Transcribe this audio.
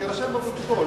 שיירשם בפרוטוקול,